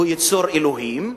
שהוא יצור אלוהים,